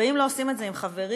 ואם לא עושים את זה עם חברים